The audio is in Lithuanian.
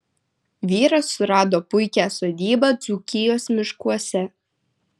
vyras surado puikią sodybą dzūkijos miškuose